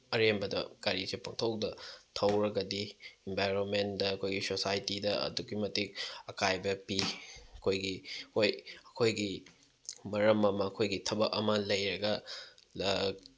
ꯑꯔꯦꯝꯕꯗ ꯒꯥꯔꯤꯁꯦ ꯄꯪꯊꯧꯗ ꯊꯧꯔꯒꯗꯤ ꯑꯦꯟꯚꯥꯏꯔꯣꯟꯃꯦꯟꯗ ꯑꯩꯈꯣꯏꯒꯤ ꯁꯣꯁꯥꯏꯇꯤꯗ ꯑꯗꯨꯛꯀꯤ ꯃꯇꯤꯛ ꯑꯀꯥꯏꯕ ꯄꯤ ꯑꯩꯈꯣꯏꯒꯤ ꯍꯣꯏ ꯑꯩꯈꯣꯏꯒꯤ ꯃꯔꯝ ꯑꯃ ꯑꯩꯈꯣꯏꯒꯤ ꯊꯕꯛ ꯑꯃ ꯂꯩꯔꯒ